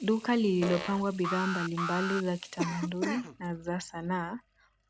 Duka lilopangwa bidhaa mbalimbali za kitamaduni na za sanaa,